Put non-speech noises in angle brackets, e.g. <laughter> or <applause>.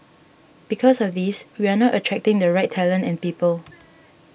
because of this we are not attracting the right talent and people <noise>